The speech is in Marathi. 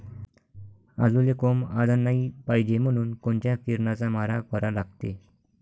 आलूले कोंब आलं नाई पायजे म्हनून कोनच्या किरनाचा मारा करा लागते?